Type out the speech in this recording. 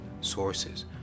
sources